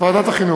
ועדת החינוך?